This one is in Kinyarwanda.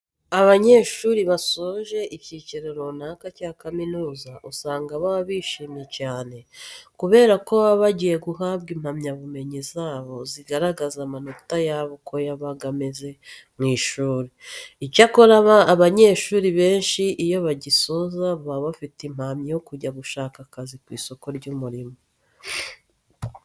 Abanyeshuri basoje icyiciro runaka cya kaminuza usanga baba bishimye cyane, kubera ko baba bagiye guhabwa impamyabumenyi zabo zigaragaza amanota yabo uko yabaga ameze mu ishuri. Icyakora abanyeshuri benshi iyo bagisoza baba bafite impamyi yo kujya gushaka akazi ku isoko ry'umurimo.